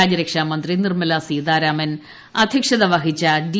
രാജ്യരക്ഷാ മന്ത്രി നിർമലാ സീതാരാമൻ അധ്യക്ഷത വഹിച്ച ഡി